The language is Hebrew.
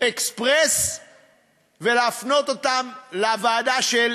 אקספרס ולהפנות אותם לוועדה של